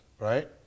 right